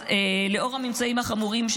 אז לאור הממצאים החמורים,